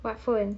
what phone